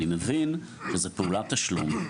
אני מבין שזו פעולת תשלום,